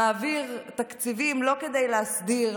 מעביר תקציבים לא כדי להסדיר,